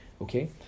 okay